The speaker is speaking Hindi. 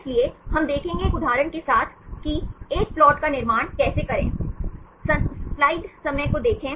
इसलिए हम देखेंगे एक उदाहरण के साथ कि एक प्लाट का निर्माण कैसे करें